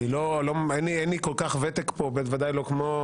אין לי כל-כך ותק פה, בוודאי לא כמו